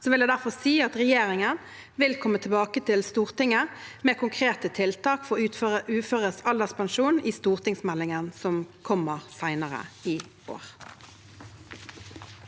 vil jeg derfor si at regjeringen vil komme tilbake til Stortinget med konkrete tiltak for uføres alderspensjon i stortingsmeldingen som kommer senere i år.